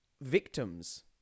victims